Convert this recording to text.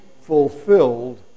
fulfilled